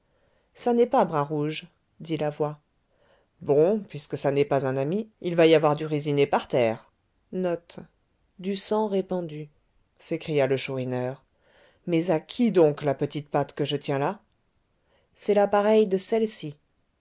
ça n'est pas bras rouge dit la voix bon puisque ça n'est pas un ami il va y avoir du raisiné par terre s'écria le chourineur mais à qui donc la petite patte que je tiens là c'est la pareille de celle-ci